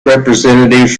representatives